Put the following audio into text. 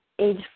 age